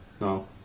no